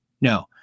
no